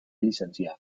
llicenciar